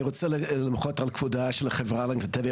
אני רוצה למחות על כבודה של החברה להגנת הטבע,